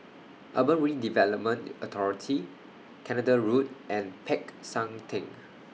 Urban Redevelopment Authority Canada Road and Peck San Theng